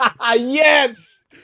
Yes